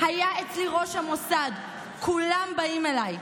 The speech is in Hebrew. היה אצלי ראש המוסד, כולם באים אליי.